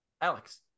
Alex